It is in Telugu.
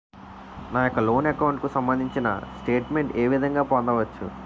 నా యెక్క లోన్ అకౌంట్ కు సంబందించిన స్టేట్ మెంట్ ఏ విధంగా పొందవచ్చు?